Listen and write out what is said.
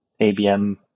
ABM